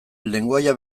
lengoaia